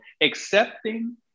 accepting